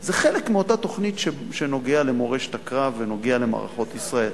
זה חלק מאותה תוכנית שנוגע למורשת הקרב ונוגע למערכות ישראל.